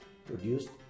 produced